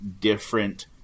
different